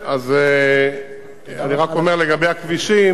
אז אני רק אומר לגבי הכבישים,